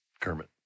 Kermit